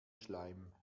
schleim